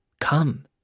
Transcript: Come